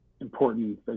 important